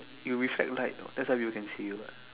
you reflect light that's why people can see you what